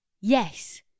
yes